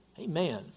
Amen